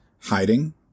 Hiding